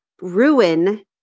ruin